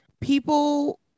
people